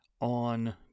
on